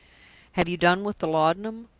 have you done with the laudanum?